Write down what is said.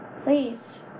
please